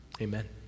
Amen